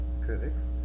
critics